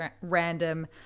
random